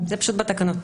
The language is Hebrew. זה פשוט בתקנות.